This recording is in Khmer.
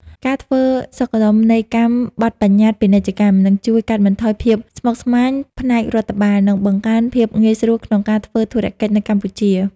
ការធ្វើសុខដុមនីយកម្មបទបញ្ញត្តិពាណិជ្ជកម្ម នឹងជួយកាត់បន្ថយភាពស្មុគស្មាញផ្នែករដ្ឋបាល និងបង្កើនភាពងាយស្រួលក្នុងការធ្វើធុរកិច្ចនៅកម្ពុជា។